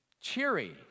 cheery